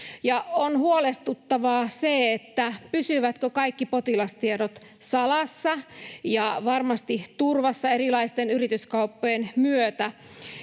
On huolestuttavaa se, pysyvätkö kaikki potilastiedot salassa ja varmasti turvassa erilaisten yrityskauppojen myötä.